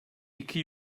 iki